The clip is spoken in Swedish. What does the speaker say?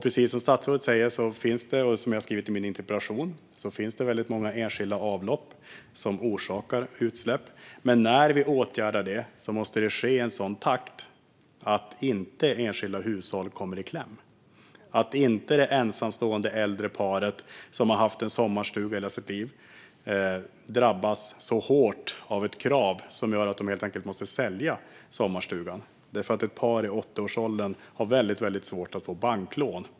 Precis som statsrådet säger, och som jag har skrivit i min interpellation, finns det många enskilda avlopp som orsakar utsläpp. Men när vi åtgärdar detta måste det ske i en sådan takt att enskilda hushåll inte kommer i kläm. Det ensamstående äldre paret som har haft en sommarstuga i hela sitt liv får inte drabbas så hårt av ett krav att de helt enkelt måste sälja sommarstugan. Ett par i 80-årsåldern har nämligen väldigt svårt att få banklån.